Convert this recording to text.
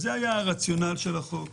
זה היה הרציונל של החוק.